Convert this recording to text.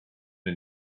and